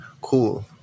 Cool